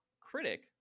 critic